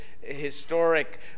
historic